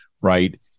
right